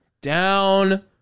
Down